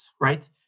right